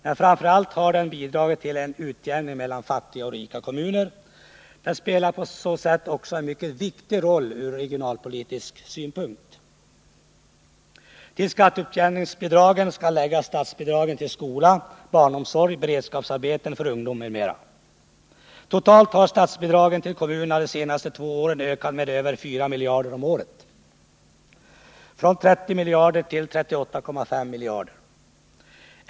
Men framför allt har den bidragit till en utjämning mellan fattiga och rika kommuner. Den spelar på så sätt också en mycket viktig roll från regionalpolitisk synpunkt. ; Till skatteutjämningsbidragen skall läggas statsbidragen till skola, barnomsorg, beredskapsarbeten för ungdom m.m. Totalt har statsbidragen till kommunerna de senaste två åren ökat med över 4 miljarder om året — från 30 miljarder till 38,5 miljarder.